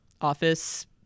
office